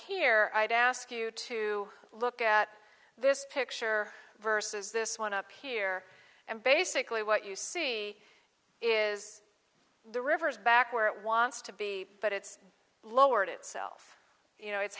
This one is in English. here i'd ask you to look at this picture versus this one up here and basically what you see is the river is back where it wants to be but it's lowered itself you know it's